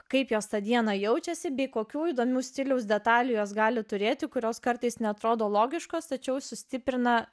kaip jos tą dieną jaučiasi bei kokių įdomių stiliaus detalių jos gali turėti kurios kartais neatrodo logiškas tačiau sustiprina